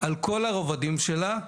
על כל הרבדים שלה,